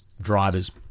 drivers